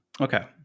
Okay